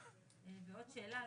ועוד שאלה.